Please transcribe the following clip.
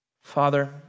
Father